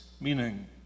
meaning